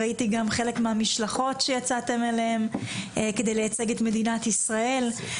ראיתי גם חלק מהמשלחות שיצאתם אליהן כדי לייצג את מדינת ישראל.